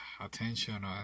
attention